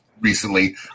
recently